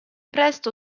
presto